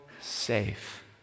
safe